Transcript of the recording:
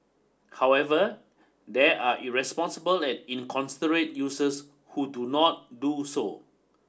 however there are irresponsible and inconsiderate users who do not do so